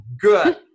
Good